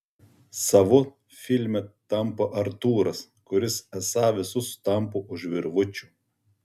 savu filme tampa artūras kuris esą visus tampo už virvučių